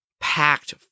packed